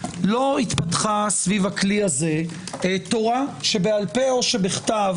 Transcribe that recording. לא התפתחה סביב הכלי הזה תורה שבעל פה או שבכתב,